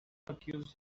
accused